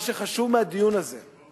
מה שחשוב שיצא